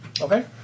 Okay